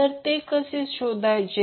तर कसे शोधायचे